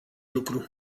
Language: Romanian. lucru